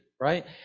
Right